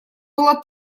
было